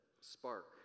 spark